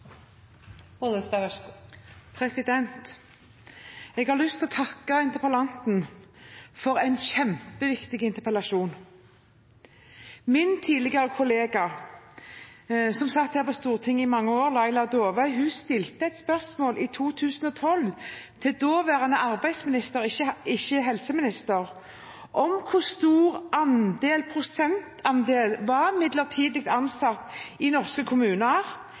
Jeg har lyst til å takke interpellanten for en kjempeviktig interpellasjon. Min tidligere kollega Laila Dåvøy, som satt her på Stortinget i mange år, stilte et spørsmål i 2012 til daværende arbeidsminister, ikke helseminister, om hvor stor prosentandel som var midlertidig ansatt i norske kommuner,